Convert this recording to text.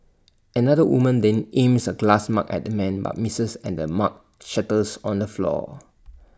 another woman then aims A glass mug at the man but misses and the mug shatters on the floor